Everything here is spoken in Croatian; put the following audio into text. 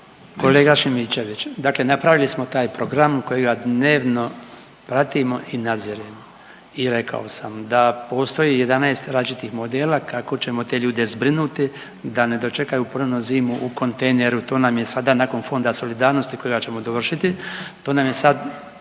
Kolega Šimičević, dakle napravili smo taj program kojega dnevno pratimo i nadziremo. I rekao sam da postoji 11 različitih modela kako ćemo te ljude zbrinuti da ne dočekaju ponovno zimu u kontejneru, to nam je sada nakon Fonda solidarnosti kojega ćemo dovršiti, to nam je sad